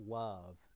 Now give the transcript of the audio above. love